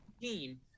team